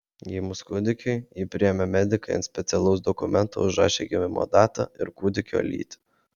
gimus kūdikiui jį priėmę medikai ant specialaus dokumento užrašė gimimo datą ir kūdikio lytį